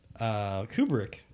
Kubrick